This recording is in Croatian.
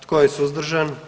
Tko je suzdržan?